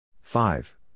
Five